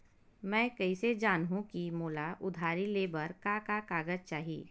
मैं कइसे जानहुँ कि मोला उधारी ले बर का का कागज चाही?